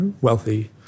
wealthy